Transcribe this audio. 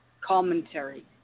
Commentary